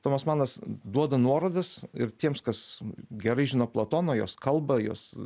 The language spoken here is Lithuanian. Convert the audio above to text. tomas manas duoda nuorodas ir tiems kas gerai žino platoną jos kalba jos